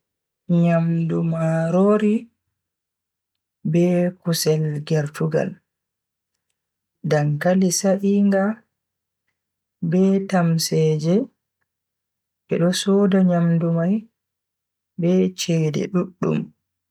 Nyamdu marori be kusel gertugal, dankali sa'inga, be tamseeje. Bedo soda nyamdu mai be cede duddum.